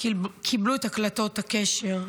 קיבלו את הקלטות הקשר.